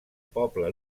poble